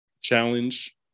challenge